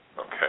Okay